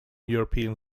european